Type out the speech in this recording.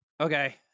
Okay